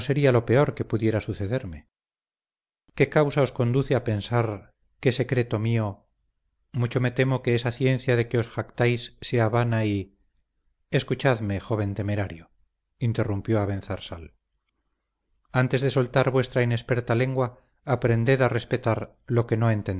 sería lo peor que pudiera sucederme qué causa os conduce a pensar qué secreto mío mucho me temo que esa ciencia de que os jactáis sea vana y escuchadme joven temerario interrumpió abenzarsal antes de soltar vuestra inexperta lengua aprended a respetar lo que no